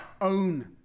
Own